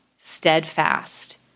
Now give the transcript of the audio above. steadfast